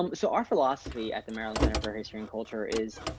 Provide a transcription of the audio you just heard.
um so our philosophy at the maryland center for history and culture is